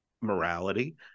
morality